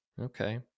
Okay